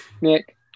Nick